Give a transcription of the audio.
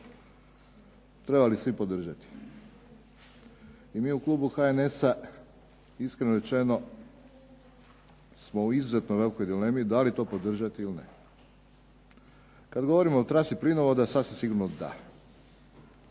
trebali svi podržati. I mi u klubu HNS-a iskreno rečeno smo u izuzetno velikoj dilemi da li to podržati ili ne. Kad govorimo o trasi plinovoda sasvim sigurno da.